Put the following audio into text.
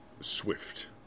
swift